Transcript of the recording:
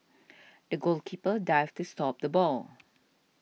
the goalkeeper dived to stop the ball